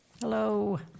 hello